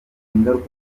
ingaruka